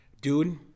Dude